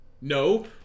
No